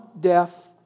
death